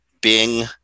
Bing